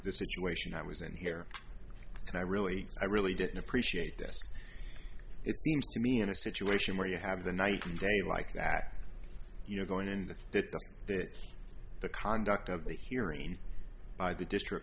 the situation i was in here and i really i really didn't appreciate this it seems to me in a situation where you have the nightly day like that you know going in the thing that the conduct of the hearing by the district